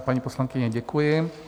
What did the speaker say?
Paní poslankyně, děkuji.